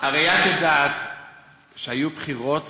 הרי את יודעת שהיו בחירות